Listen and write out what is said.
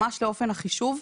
ממש לאופן החישוב,